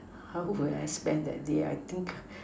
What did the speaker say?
how will I spend that day I think